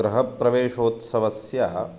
गृहप्रवेशोत्सवस्य